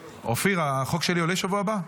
אופיר, החוק שלי עולה בשבוע הבא?